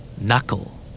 Knuckle